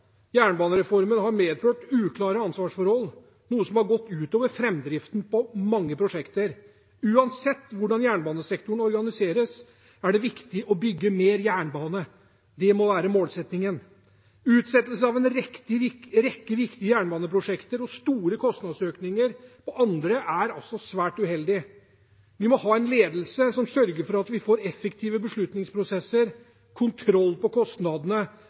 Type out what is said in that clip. Jernbanereformen har medført uklare ansvarsforhold, noe som har gått ut over framdriften på mange prosjekter. Uansett hvordan jernbanesektoren organiseres, er det viktig å bygge mer jernbane. Det må være målsettingen. Utsettelse av en rekke viktige jernbaneprosjekter og store kostnadsøkninger på andre er svært uheldig. Vi må ha en ledelse som sørger for at vi får effektive beslutningsprosesser, kontroll på kostnadene,